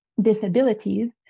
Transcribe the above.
disabilities